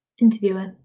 Interviewer